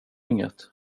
inget